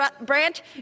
branch